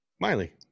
Miley